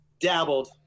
dabbled